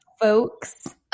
folks